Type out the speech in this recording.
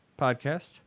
podcast